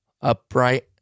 upright